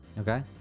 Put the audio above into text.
Okay